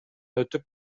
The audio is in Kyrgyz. өтүп